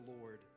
Lord